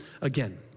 again